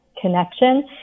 connection